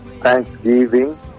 thanksgiving